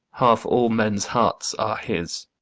half all men's hearts are his.